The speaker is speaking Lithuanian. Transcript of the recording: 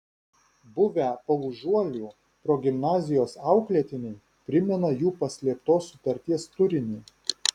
buvę paužuolių progimnazijos auklėtiniai primena jų paslėptos sutarties turinį